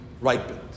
ripened